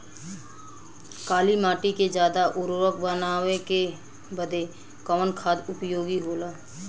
काली माटी के ज्यादा उर्वरक बनावे के बदे कवन खाद उपयोगी होला?